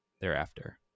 thereafter